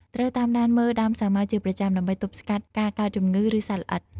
ត្រូវតាមដានមើលដើមសាវម៉ាវជាប្រចាំ ដើម្បីទប់ស្កាត់ការកើតជំងឺ ឬសត្វល្អិត។